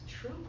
true